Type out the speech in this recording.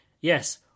yes